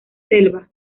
selva